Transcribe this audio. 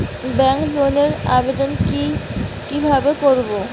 Bank লোনের আবেদন কি কিভাবে করব?